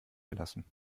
gelassen